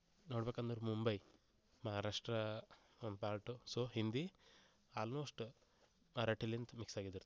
ನೋಡ್ಬೇಕಂದ್ರೆ Mumbai Maharashtra part so Hindi almost ಮರಾಠಿಲಿಂದ mix ಆಗಿದಿರ್ತದೆ